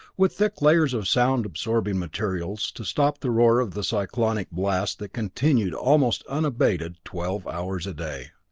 with thick layers of sound absorbing materials, to stop the roar of the cyclonic blast that continued almost unabated twelve hours a day.